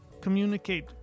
communicate